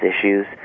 issues